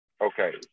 Okay